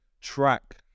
track